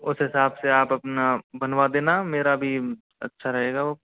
उस हिसाब से आप अपना बनवा देना मेरा भी अच्छा रहेगा वो